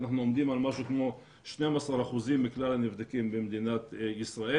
אנחנו עומדים על משהו כמו 12% מכלל הנבדקים במדינת ישראל.